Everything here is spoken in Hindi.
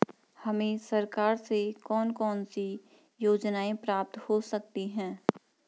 हमें सरकार से कौन कौनसी योजनाएँ प्राप्त हो सकती हैं?